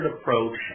approach